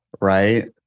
right